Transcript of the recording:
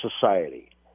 society